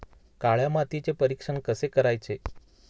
काळ्या मातीचे परीक्षण कसे करायचे?